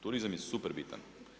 Turizam je super bitan.